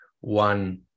one